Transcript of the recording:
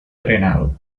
drenado